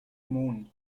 mohn